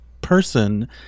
person